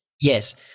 yes